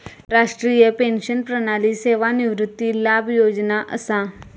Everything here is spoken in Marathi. राष्ट्रीय पेंशन प्रणाली सेवानिवृत्ती लाभ योजना असा